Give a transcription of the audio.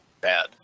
bad